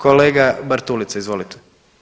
Kolega Bartulica, izvolite.